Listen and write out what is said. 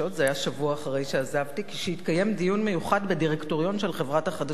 שבוע אחרי שעזבתי התקיים דיון מיוחד בדירקטוריון של חברת החדשות,